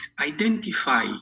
identify